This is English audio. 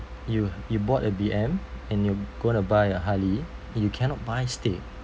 you you bought a B_M and you're gonna buy a harley you cannot buy steak